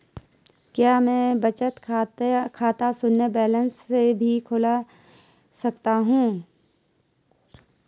क्या मैं बचत खाता शून्य बैलेंस से भी खोल सकता हूँ?